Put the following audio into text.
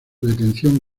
detención